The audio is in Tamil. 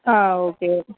ah okay okay